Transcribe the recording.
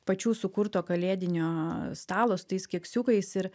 pačių sukurto kalėdinio stalo su tais keksiukais ir